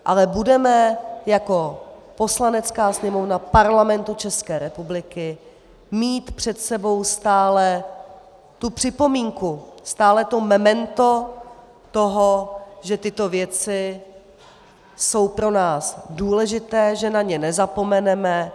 Ale budeme jako Poslanecká sněmovna Parlamentu České republiky mít před sebou stále tu připomínku, stále to memento toho, že tyto věci jsou pro nás důležité, že na ně nezapomeneme.